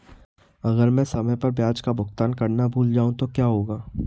अगर मैं समय पर ब्याज का भुगतान करना भूल जाऊं तो क्या होगा?